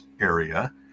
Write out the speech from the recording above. area